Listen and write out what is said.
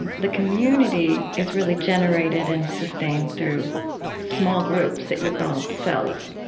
and the community is really generated and sustained through small groups that you call cells,